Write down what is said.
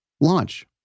Launch